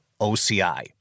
OCI